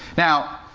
now,